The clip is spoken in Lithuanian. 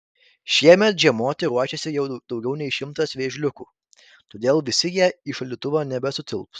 šiemet žiemoti ruošiasi jau daugiau nei šimtas vėžliukų todėl visi jie į šaldytuvą nebesutilps